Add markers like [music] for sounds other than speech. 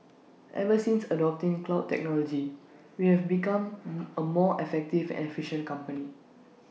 ever since adopting cloud technology we have become [hesitation] A more effective and efficient company